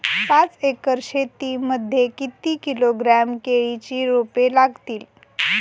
पाच एकर शेती मध्ये किती किलोग्रॅम केळीची रोपे लागतील?